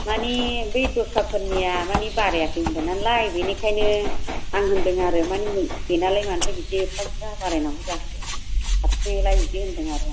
माने बे दस्राफोरनिया माने बारायाखै होनबाय नालाय बेनिखायनो आं होनदों आरो माने बेनालाय मानोथो बिदि एफा बुरजा बारायनांगौ जाखो हारसिङैलाय बिदि होनदों आरो आं